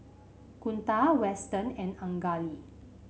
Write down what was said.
Kunta Weston and Anjali